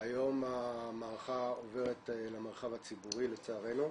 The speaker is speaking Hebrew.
היום המערכה עוברת למרחב הציבורי לצערנו.